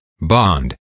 bond